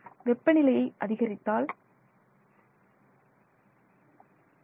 வெப்பநிலையை அதிகரித்தால் சங்கிலி பக்க சங்கிலி மற்றும் பேக் போன் இரண்டும் உடைகின்றன